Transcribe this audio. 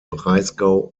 breisgau